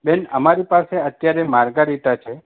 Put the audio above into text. બેન અમારી પાસે અત્યારે માર્ગારીટા છે